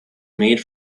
made